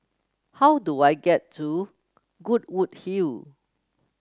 how do I get to Goodwood Hill